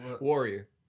Warrior